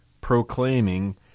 proclaiming